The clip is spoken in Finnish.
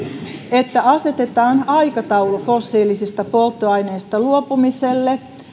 että asetetaan aikataulu fossiilisista polttoaineista luopumiselle